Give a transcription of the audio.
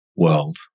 world